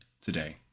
today